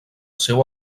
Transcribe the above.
seu